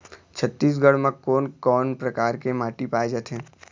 छत्तीसगढ़ म कोन कौन प्रकार के माटी पाए जाथे?